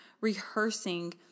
rehearsing